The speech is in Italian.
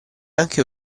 anche